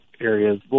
areas